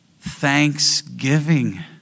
Thanksgiving